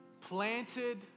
Planted